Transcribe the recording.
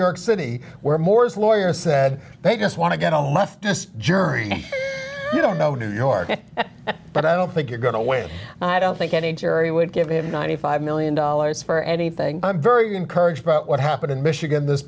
york city where moore's lawyer said they just want to get home after this jury you don't know new york but i don't think you're going to win i don't think any jury would give him ninety five one million dollars for anything i'm very encouraged about what happened in michigan this